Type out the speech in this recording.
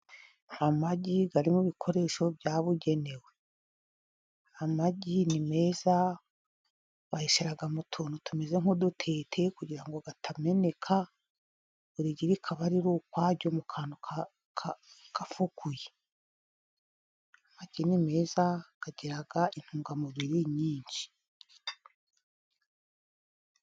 Amagi ari mu bikoresho byabugenewe, amagi ni meza bayashyira mu tuntu tumeze nk'udutete, kugira ngo atameneka, buri gi rikaba riri ukwaryo mu kantu gafukuye, amagi ni meza agira intungamubiri nyinshi.